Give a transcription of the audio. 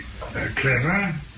clever